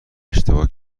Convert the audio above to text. اشتباه